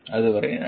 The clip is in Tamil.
அதுவரை நன்றி